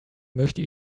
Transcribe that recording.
möchte